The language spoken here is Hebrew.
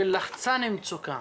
של לחצן מצוקה.